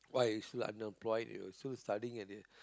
what is like employed you're still studying and it's